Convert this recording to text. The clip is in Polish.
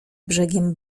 brzegiem